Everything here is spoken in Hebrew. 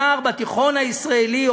נער בתיכון הישראלי,